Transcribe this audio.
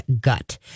gut